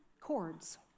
chords